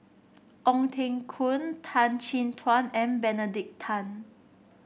Ong Teng Koon Tan Chin Tuan and Benedict Tan